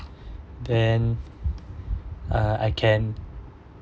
then uh I can